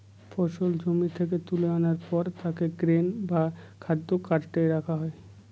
ফসলকে জমি থেকে তুলে আনার পর তাকে গ্রেন বা খাদ্য কার্টে রাখা হয়